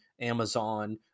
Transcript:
Amazon